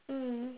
mm